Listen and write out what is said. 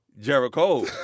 Jericho